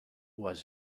was